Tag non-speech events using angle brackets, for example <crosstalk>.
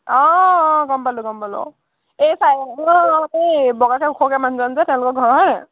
অঁ অঁ গম পালোঁ গম পালোঁ এই <unintelligible> অঁ এই বগাকৈ ওখকৈ মানুহজন যে তেওঁলোকৰ ঘৰ হয় নহয়